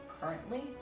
currently